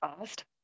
fast